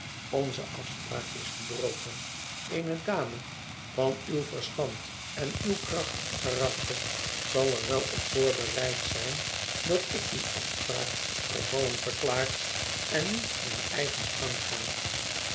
onze afspraak is verbroken eene dame van uw verstand en uw krachtig karakter zal er wel op voorbereid zijn dat ik die afspraak vervallen verklaar en nu mijn eigen gang ga